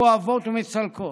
כואבות ומצלקות.